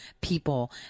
people